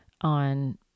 on